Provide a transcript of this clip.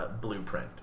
blueprint